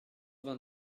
vingt